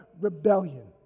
rebellion